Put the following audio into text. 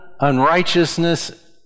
unrighteousness